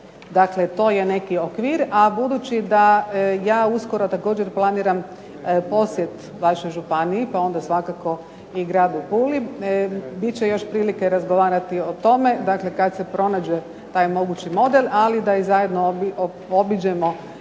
Dakle, to je neki okvir. A budući da ja uskoro također planiram posjet vašoj županiji, pa onda svakako i gradu Puli, bit će još prilike razgovarati o tome. Dakle, kada se pronađe taj mogući model, ali da i zajedno obiđemo